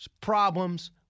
problems